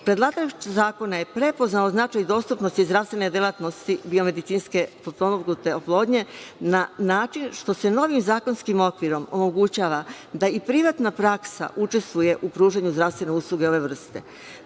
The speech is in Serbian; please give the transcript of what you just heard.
predlagač zakona je prepoznao značaj dostupnosti zdravstvene delatnosti biomedicinski potpomognute oplodnje na način što se novim zakonskim okvirom omogućava da i privatna praksa učestvuje u pružanju zdravstvene usluge ove vrste.